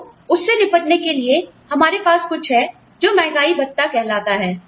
तो उससे निपटने के लिए हमारे पास कुछ है जो महंगाई भत्ता कहलाता है